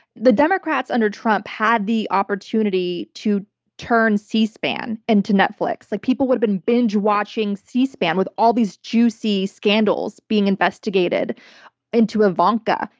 the democrats, under trump, had the opportunity to turn c-span and into netflix. like people would've been binge watching c-span with all these juicy scandals being investigated into ivanka,